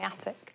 attic